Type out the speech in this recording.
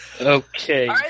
Okay